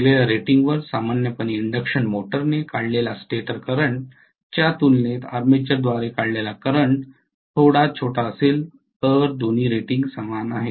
दिलेल्या रेटिंगवर सामान्यपणे इंडक्शन मोटरने काढलेल्या स्टेटर करंट च्या तुलनेत आर्मेचरद्वारे काढलेला करंट थोडा छोटा असेल तर दोन्ही रेटिंग्ज समान आहेत